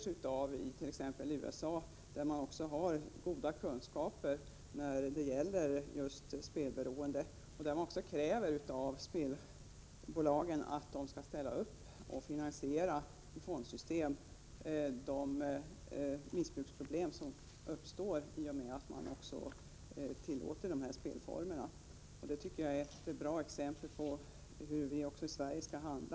I t.ex. USA, där man har goda kunskaper om spelberoende, kräver man, i och med att man tillåter dessa spelformer, att spelbolagen skall ställa upp och finansiera ur en fond de åtgärder som behöver vidtas på grund av missbruksproblem. Det är ett bra exempel på hur vi i Sverige borde handla.